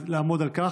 אז לעמוד על כך.